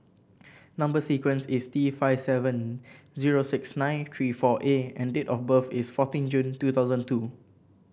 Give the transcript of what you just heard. number sequence is T five seven zero six nine three four A and date of birth is fourteen June two thousand two